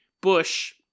bush